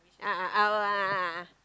a'ah a'ah our a'ah a'ah